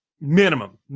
minimum